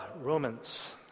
Romans